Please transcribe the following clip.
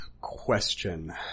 question